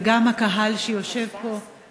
וגם הקהל שיושב פה,